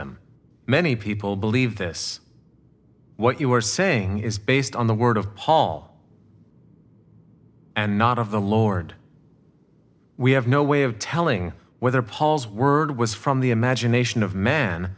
them many people believe this what you are saying is based on the word of paul and not of the lord we have no way of telling whether paul's word was from the imagination of m